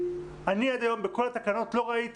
עד היום בכל התקנות לא ראיתי,